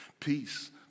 Peace